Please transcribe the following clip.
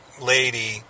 lady